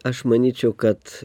aš manyčiau kad